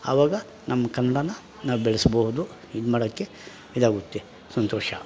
ಆವಾಗ ನಮ್ಮ ಕನ್ನಡ ನಾವು ಬೆಳೆಸಬಹುದು ಇದು ಮಾಡೋಕ್ಕೆ ಇದಾಗುತ್ತೆ ಸಂತೋಷ